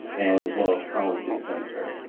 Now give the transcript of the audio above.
as well as collington center.